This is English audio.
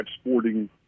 sporting